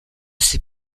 c’est